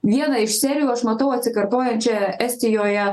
vieną iš serijų aš matau atsikartojančią estijoje